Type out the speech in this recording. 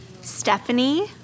Stephanie